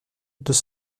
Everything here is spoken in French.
deux